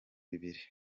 bibiri